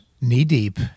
knee-deep